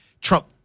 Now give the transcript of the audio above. Trump